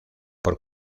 por